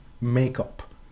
makeup